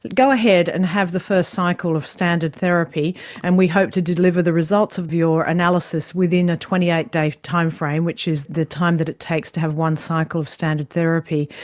go ahead and have the first cycle of standard therapy and we hope to deliver the results of your analysis within a twenty eight day timeframe, which is the time that it takes to have one cycle of standard therapy.